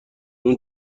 اون